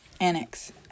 Annex